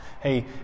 Hey